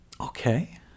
Okay